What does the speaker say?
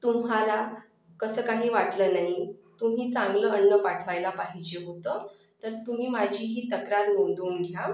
तुम्हाला कसं काही वाटलं नाही तुम्ही चांगलं अन्न पाठवायला पाहिजे होतं तर तुम्ही माझी ही तक्रार नोंदवून घ्या